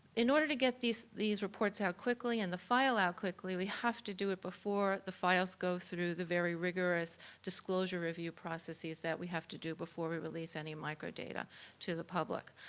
in order to get these these reports out quickly and the file out quickly, we have to do it before the files go through the very rigorous disclosure review processes that we have to do before we release any micro data to the public.